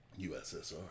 USSR